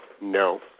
No